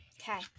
Okay